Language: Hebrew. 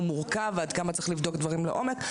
מורכב ועד כמה צריך לבדוק דברים לעומק.